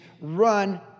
run